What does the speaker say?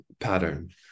pattern